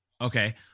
Okay